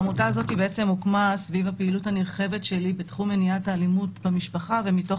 העמותה הוקמה סביב הפעילות הנרחבת שלי בתחום מניעת האלימות במשפחה ומתוך